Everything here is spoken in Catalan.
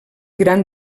gran